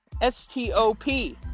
S-T-O-P